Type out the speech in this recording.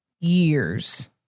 years